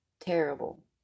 terrible